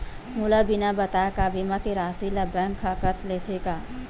मोला बिना बताय का बीमा के राशि ला बैंक हा कत लेते का?